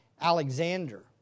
Alexander